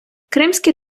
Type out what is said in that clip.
кримські